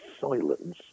silence